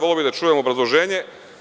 Voleo bih da čujem obrazloženje.